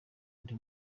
undi